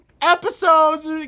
episodes